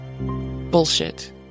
Bullshit